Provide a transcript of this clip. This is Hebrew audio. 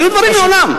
היו דברים מעולם.